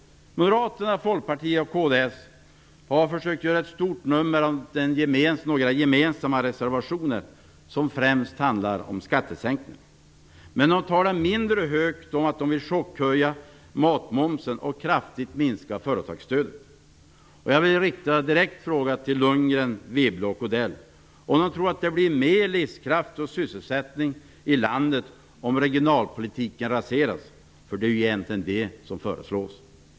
Moderaterna, Folkpartiet och kds har försökt att göra ett stort nummer av några gemensamma reservationer som främst handlar om skattesänkningar. Men de talar mindre högt om att de vill chockhöja matmomsen och kraftigt minska företagsstödet. Jag vill rikta mig direkt till Lundgren, Wibble och Odell och fråga om de tror att det blir mer livskraft och sysselsättning i landet om regionalpolitiken raseras - det är ju detta som de egentligen föreslår.